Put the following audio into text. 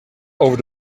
over